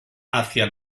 hacia